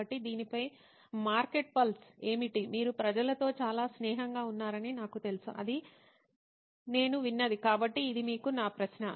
కాబట్టి దీనిపై market pulse ఏమిటి మీరు ప్రజలతో చాలా స్నేహంగా ఉన్నారని నాకు తెలుసు అది నేను విన్నది కాబట్టి ఇది మీకు నా ప్రశ్న